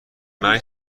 مرگ